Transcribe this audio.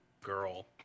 girl